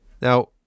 Now